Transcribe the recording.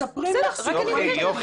מספרים לך סיפורים.